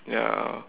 ya